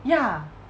ya